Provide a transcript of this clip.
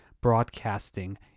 broadcasting